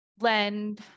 lend